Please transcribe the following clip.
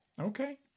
okay